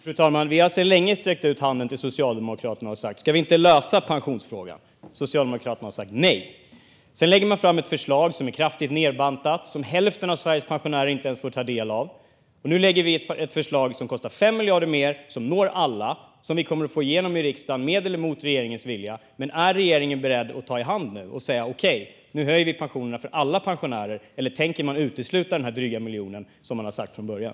Fru talman! Vi har länge sträckt ut handen till Socialdemokraterna och sagt: Ska vi inte lösa pensionsfrågan? Men Socialdemokraterna har sagt nej. Sedan har man lagt fram ett förslag som är kraftigt nedbantat och som hälften av Sveriges pensionärer inte ens får ta del av. Nu lägger vi fram ett förslag som kostar 5 miljarder mer, som når alla och som vi kommer att få igenom i riksdagen med eller mot regeringens vilja. Är regeringen nu beredd att ta i hand och säga att vi ska höja pensionerna för alla pensionärer, eller tänker man utesluta den här dryga miljonen, som man har sagt från början?